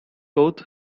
oath